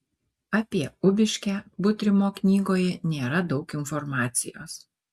apie ubiškę butrimo knygoje nėra daug informacijos